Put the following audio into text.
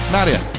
Nadia